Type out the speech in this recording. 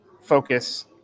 focus